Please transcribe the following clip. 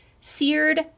Seared